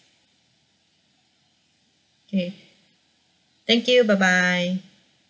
okay thank you bye bye